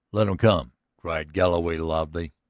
let em come, cried galloway loudly,